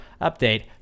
update